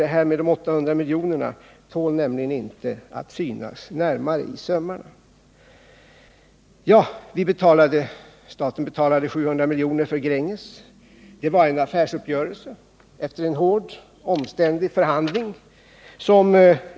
Påståendet om de 800 miljonerna tål nämligen inte att närmare synas i sömmarna. Staten betalade 700 miljoner för Gränges. Det var en affärsuppgörelse som träffades efter en hård och omständlig förhandling.